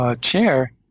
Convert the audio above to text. chair –